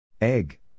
Egg